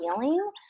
feeling